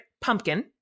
pumpkin